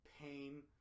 pain